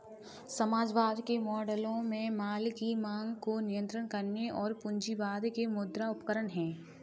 समाजवाद के मॉडलों में माल की मांग को नियंत्रित करने और पूंजीवाद के मुद्रा उपकरण है